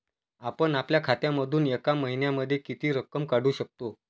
आपण आपल्या खात्यामधून एका महिन्यामधे किती रक्कम काढू शकतो?